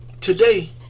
today